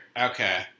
Okay